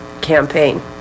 campaign